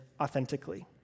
authentically